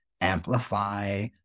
amplify